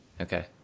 Okay